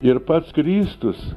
ir pats kristus